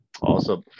Awesome